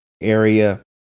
area